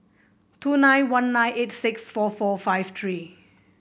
two nine one nine eight six four four five three